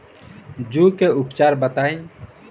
जूं के उपचार बताई?